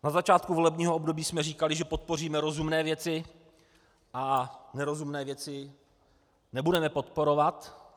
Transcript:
Na začátku volebního období jsme říkali, že podpoříme rozumné věci a nerozumné věci nebudeme podporovat.